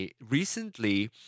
recently